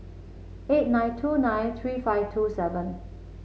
eight nine two nine three five two seven